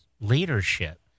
leadership